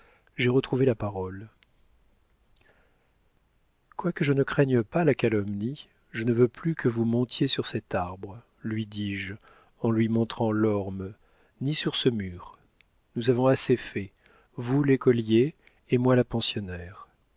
j'ai retrouvé la parole quoique je ne craigne pas la calomnie je ne veux plus que vous montiez sur cet arbre lui dis-je en lui montrant l'orme ni sur ce mur nous avons assez fait vous l'écolier et moi la pensionnaire